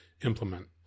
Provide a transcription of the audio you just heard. implement